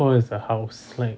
for is a house like